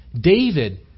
David